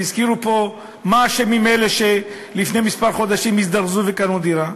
והזכירו פה את אלה שלפני כמה חודשים הזדרזו וקנו דירה,